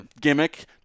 gimmick